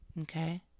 okay